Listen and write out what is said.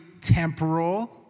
temporal